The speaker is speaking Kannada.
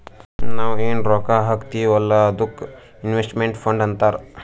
ನಾವ್ ಎನ್ ರೊಕ್ಕಾ ಹಾಕ್ತೀವ್ ಅಲ್ಲಾ ಅದ್ದುಕ್ ಇನ್ವೆಸ್ಟ್ಮೆಂಟ್ ಫಂಡ್ ಅಂತಾರ್